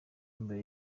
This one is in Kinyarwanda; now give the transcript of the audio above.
mbere